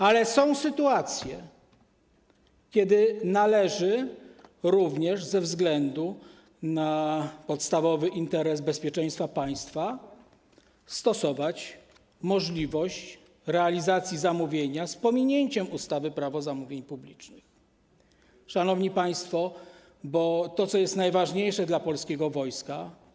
ale są sytuacje, kiedy należy, również ze względu na podstawowy interes bezpieczeństwa państwa, stosować możliwość realizacji zamówienia z pominięciem ustawy - Prawo zamówień publicznych, bo to, co jest najważniejsze dla polskiego wojska.